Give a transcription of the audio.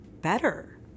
better